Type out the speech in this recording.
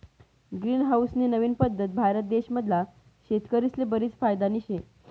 green house नी नवीन पद्धत भारत देश मधला शेतकरीस्ले बरीच फायदानी शे